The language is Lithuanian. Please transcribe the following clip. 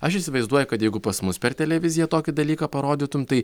aš įsivaizduoju kad jeigu pas mus per televiziją tokį dalyką parodytum tai